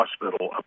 Hospital